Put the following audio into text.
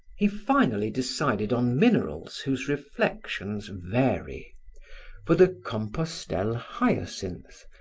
he finally decided on minerals whose reflections vary for the compostelle hyacinth,